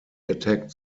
attacked